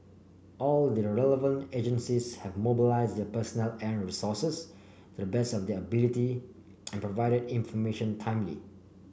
all the relevant agencies have mobilised their personnel and resources to the best of their ability and provided information timely